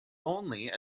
only